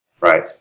Right